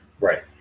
Right